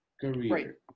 Career